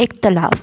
इख़्तिलाफ़ु